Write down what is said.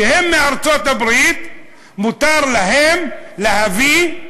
שהם מארצות-הברית, מותר להם להביא,